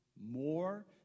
more